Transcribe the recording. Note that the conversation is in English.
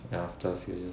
ya after a few years